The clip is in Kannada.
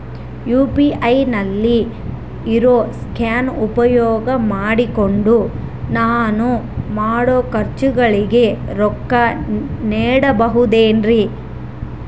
ಯು.ಪಿ.ಐ ನಲ್ಲಿ ಇರೋ ಸ್ಕ್ಯಾನ್ ಉಪಯೋಗ ಮಾಡಿಕೊಂಡು ನಾನು ಮಾಡೋ ಖರ್ಚುಗಳಿಗೆ ರೊಕ್ಕ ನೇಡಬಹುದೇನ್ರಿ?